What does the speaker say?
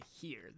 hear